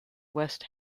west